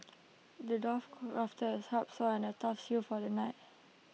the dwarf crafted A sharp sword and A tough shield for the knight